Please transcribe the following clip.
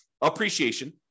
Appreciation